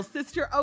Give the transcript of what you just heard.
Sister